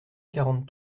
quarante